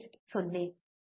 ಗಳಿಕೆ 1